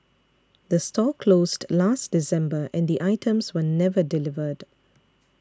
the store closed last December and the items were never delivered